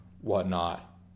whatnot